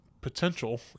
potential